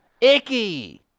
Icky